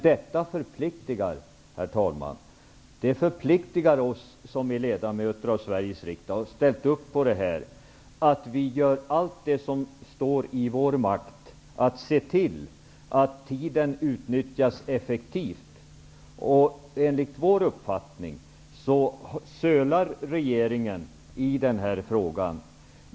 Detta förpliktar oss som är ledamöter av Sveriges riksdag och som har ställt upp på det här att göra allt som står i vår makt för att se till att tiden utnyttjas effektivt. Enligt vår uppfattning sölar regeringen i den här frågan.